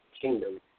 kingdom